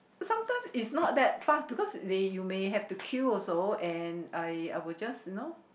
sometimes it's not that fast because that you may have to queue also and I I would just you know